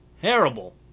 terrible